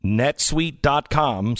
netsuite.com